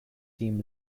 team